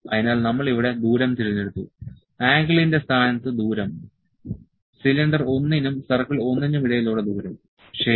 അതിനാൽ നമ്മൾ ഇവിടെ ദൂരം തിരഞ്ഞെടുത്തു ആംഗിളിന്റെ സ്ഥാനത്ത് ദൂരം സിലിണ്ടർ 1 നും സർക്കിൾ 1 നും ഇടയിലുള്ള ദൂരം ശരി